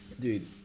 dude